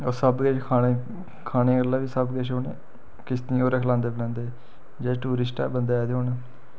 सब किश खाने गी खाने आह्ला बी सब किश उनें किश्तियें पर गै खलांदे पलैंदे जेह्ड़े टूरिस्ट बंदे आए दे होन